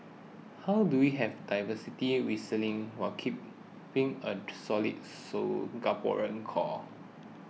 how do we have diversity whistling while keeping a solid Singaporean core